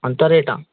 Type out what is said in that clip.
అంతా రేటా